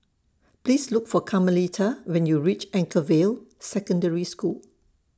Please Look For Carmelita when YOU REACH Anchorvale Secondary School